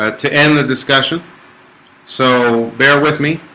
ah to end the discussion so bear with me